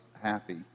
happy